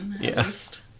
Yes